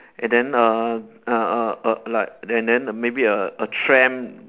and then uh uh uh uh err like and then a maybe a a tram